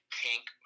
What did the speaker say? pink